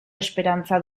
esperantza